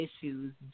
issues